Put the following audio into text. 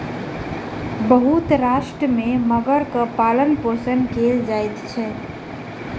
बहुत राष्ट्र में मगरक पालनपोषण कयल जाइत अछि